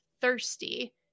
Thirsty